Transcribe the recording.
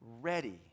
ready